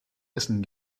essen